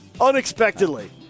Unexpectedly